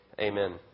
Amen